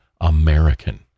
American